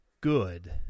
good